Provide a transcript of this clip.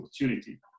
opportunity